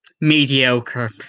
Mediocre